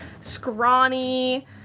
scrawny